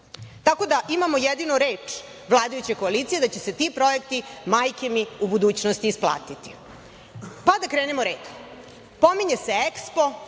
Tako da imamo jedino reč vladajuće koalicije da će se ti projekti „majke mi, u budućnosti isplatiti“.Da krenemo redom. Pominje se EKSPO.